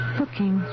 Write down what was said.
looking